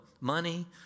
money